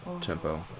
tempo